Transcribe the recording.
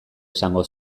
esango